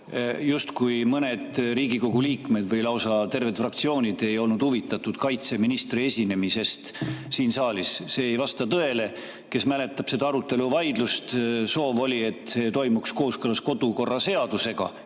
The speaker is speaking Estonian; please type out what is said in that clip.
justkui mõned Riigikogu liikmed või lausa terved fraktsioonid ei olnud huvitatud kaitseministri esinemisest siin saalis. See ei vasta tõele. Kes mäletab seda arutelu ja vaidlust, soov oli, et see toimuks kooskõlas kodukorraseadusega.